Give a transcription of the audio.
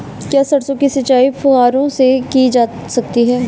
क्या सरसों की सिंचाई फुब्बारों से की जा सकती है?